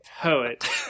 poet